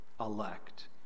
elect